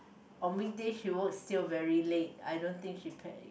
on weekday she works till very late I don't think she